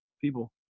people